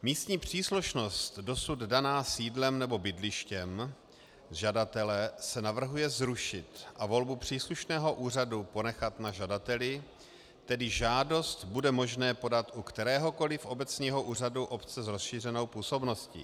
Místní příslušnost dosud daná sídlem nebo bydlištěm žadatele se navrhuje zrušit a volbu příslušného úřadu ponechat na žadateli, tedy žádost bude možné podat u kteréhokoliv obecního úřadu obce s rozšířenou působností.